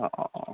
অঁ অঁ অঁ